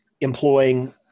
employing